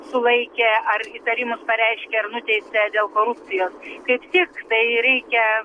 sulaikė ar įtarimus pareiškė ar nuteisė dėl korupcijos kaip tik tai reikia